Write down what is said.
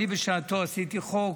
אני בשעתו עשיתי חוק,